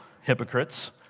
hypocrites